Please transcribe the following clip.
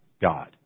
God